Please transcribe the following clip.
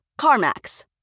CarMax